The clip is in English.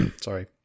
sorry